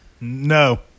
No